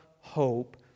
hope